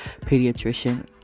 pediatrician